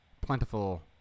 plentiful